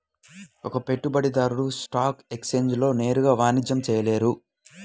ఒక పెట్టుబడిదారు స్టాక్ ఎక్స్ఛేంజ్లలో నేరుగా వాణిజ్యం చేయలేరు